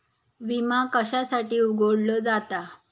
विमा कशासाठी उघडलो जाता?